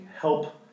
help